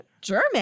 German